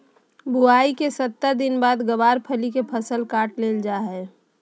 बुआई के सत्तर दिन बाद गँवार फली के फसल काट लेल जा हय